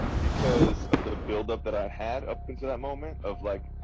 because of the buildup that i had up until that moment of, like,